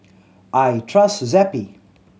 I trust Zappy